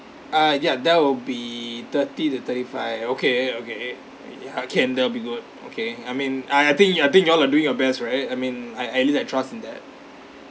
ah ya that will be thirty to thirty five okay okay ya can that'll be good okay I mean I I think you ah think you all are doing your best right I mean I at least I trust in that